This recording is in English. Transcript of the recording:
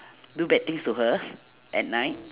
do bad things to her at night